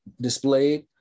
displayed